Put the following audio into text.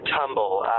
tumble